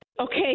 Okay